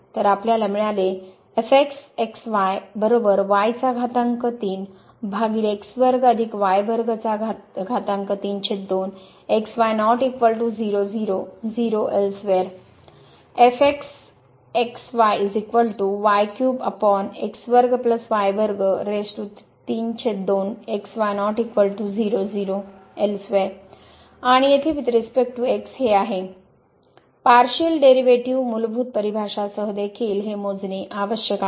तर आपल्याला मिळाले आणि येथे वुईथ रीसपेक्ट x हे आहे पारशिअल डेरीवेटीव मूलभूत परिभाषासह देखील हे मोजणे आवश्यक आहे